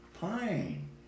Pine